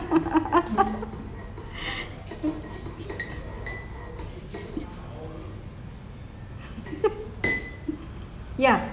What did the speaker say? ya